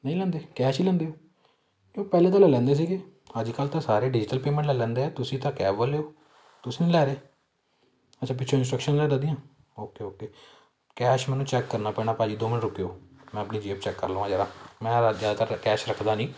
ਨਹੀਂ ਲੈਂਦੇ ਕੈਸ਼ ਹੀ ਲੈਂਦੇ ਹੋ ਪਹਿਲਾਂ ਤਾਂ ਲੈ ਲੈਂਦੇ ਸੀਗੇ ਹਾਂਜੀ ਕੱਲ੍ਹ ਤਾਂ ਸਾਰੇ ਡਿਜੀਟਲ ਪੇਮੈਂਟ ਲੈ ਲੈਂਦੇ ਆ ਤੁਸੀਂ ਤਾਂ ਕੈਬ ਵਾਲੇ ਹੋ ਤੁਸੀਂ ਨਹੀਂ ਲੈ ਰਹੇ ਅੱਛਾ ਪਿੱਛੋਂ ਇੰਸਟ੍ਰਕਸ਼ਨ ਓਕੇ ਓਕੇ ਕੈਸ਼ ਮੈਨੂੰ ਚੈੱਕ ਕਰਨਾ ਪੈਣਾ ਭਾਅ ਜੀ ਦੋ ਮਿੰਟ ਰੁਕਿਓ ਮੈਂ ਆਪਣੀ ਜੇਬ ਚੈੱਕ ਕਰ ਲਵਾਂ ਜਰਾ ਮੈਂ ਜ਼ਿਆਦਾਤਰ ਕੈਸ਼ ਰੱਖਦਾ ਨਹੀਂ